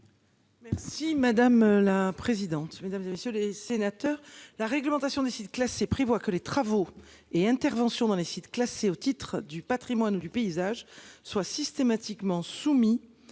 Merci madame la présidente, mesdames et messieurs les sénateurs. La réglementation des sites classés prévoit que les travaux et interventions dans les sites classés au titre du Patrimoine du paysage soient systématiquement soumis